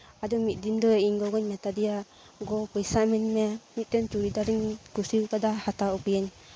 ᱟᱫᱚ ᱢᱤᱫᱽᱫᱤᱱ ᱫᱚ ᱤᱧ ᱜᱚᱜᱚᱧ ᱢᱮᱛᱟᱫᱮᱭᱟ ᱜᱚ ᱯᱚᱭᱥᱟ ᱤᱢᱟᱹᱧ ᱢᱮ ᱢᱤᱫᱴᱮᱱ ᱪᱩᱲᱤᱫᱟᱨᱤᱧ ᱠᱩᱥᱤᱭᱟᱠᱟᱫᱟ ᱦᱟᱛᱟᱣ ᱟᱹᱜᱩᱭᱟᱹᱧ